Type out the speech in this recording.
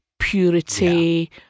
purity